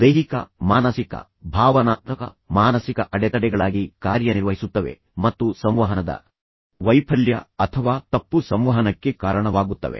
ದೈಹಿಕ ಮಾನಸಿಕ ಭಾವನಾತ್ಮಕ ಮಾನಸಿಕ ಅಡೆತಡೆಗಳಾಗಿ ಕಾರ್ಯನಿರ್ವಹಿಸುತ್ತವೆ ಮತ್ತು ಸಂವಹನದ ವೈಫಲ್ಯ ಅಥವಾ ತಪ್ಪು ಸಂವಹನಕ್ಕೆ ಕಾರಣವಾಗುತ್ತವೆ